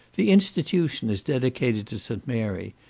the institution is dedicated to st. mary,